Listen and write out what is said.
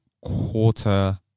quarter